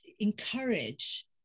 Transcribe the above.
encourage